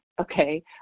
okay